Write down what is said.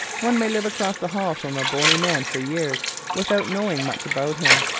one may live across the hall from a bony man for years without knowing much about him.